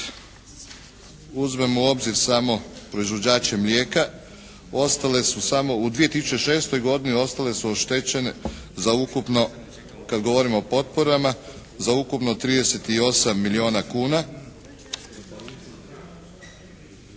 uzmemo u obzir samo proizvođače mlijeka ostale su samo u 2006. godini ostale su oštećene za ukupno kada govorimo o potporama, za ukupno 38 milijuna kuna.